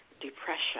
depression